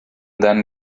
then